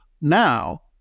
Now